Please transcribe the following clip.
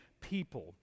people